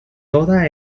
toda